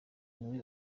niwe